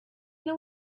know